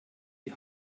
die